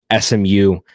SMU